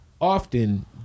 Often